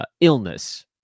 illness